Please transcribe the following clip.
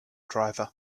driver